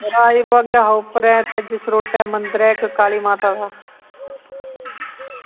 राजबाग दे उप्परें जसरोटा इक्क काली माता दा मंदर ऐ